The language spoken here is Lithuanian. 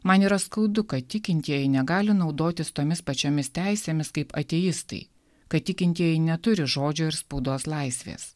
man yra skaudu kad tikintieji negali naudotis tomis pačiomis teisėmis kaip ateistai kad tikintieji neturi žodžio ir spaudos laisvės